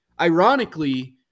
Ironically